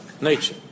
nature